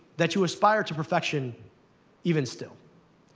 that you aspire to perfection even still.